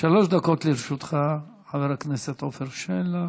שלוש דקות לרשותך, חבר הכנסת עפר שלח.